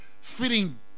fitting